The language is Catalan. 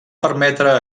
permetre